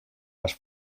les